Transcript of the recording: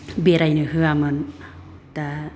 बेरायनो होआमोन दा